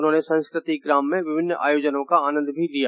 उन्होंने संस्कृति ग्राम में विभिन्न आयोजनों का आनंद भी लिया